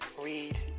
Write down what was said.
read